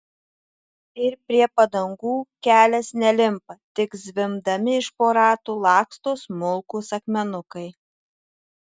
ir prie padangų kelias nelimpa tik zvimbdami iš po ratų laksto smulkūs akmenukai